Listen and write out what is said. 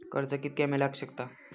कर्ज कितक्या मेलाक शकता?